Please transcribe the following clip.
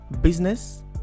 business